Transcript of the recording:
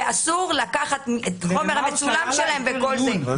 ואסור לקחת חומר מצולם שלהם וכל זה.